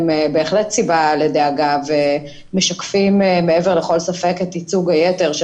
הם בהחלט סיבה לדאגה והם משקפים מעבר לכל ספק את ייצוג היתר של